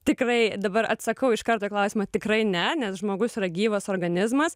tikrai dabar atsakau iš karto į klausimą tikrai ne nes žmogus yra gyvas organizmas